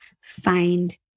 find